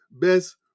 best